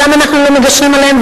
שם אנחנו לא מגשרים עליהם,